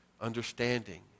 understanding